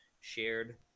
shared